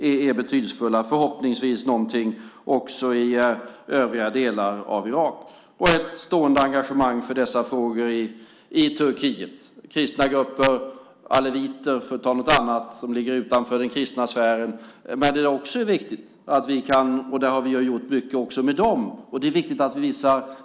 Förhoppningsvis kan vi göra någonting också i övriga delar av Irak. Ett stående engagemang för dessa frågor har vi i Turkiet, för kristna grupper, för aleviter, för att ta något som ligger utanför den kristna sfären. Vi har ju gjort mycket också för dem, och det är viktigt.